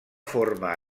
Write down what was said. forma